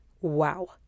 Wow